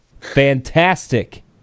fantastic